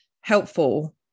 helpful